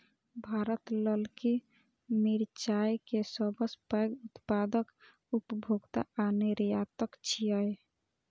भारत ललकी मिरचाय के सबसं पैघ उत्पादक, उपभोक्ता आ निर्यातक छियै